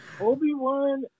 Obi-Wan